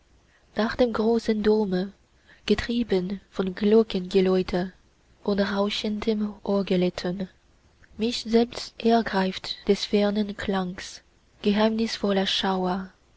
nach dem großen dome getrieben von glockengeläute und rauschendem orgelton mich selbst ergreift des fernen klangs geheimnisvoller schauer